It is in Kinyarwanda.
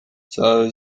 cyayo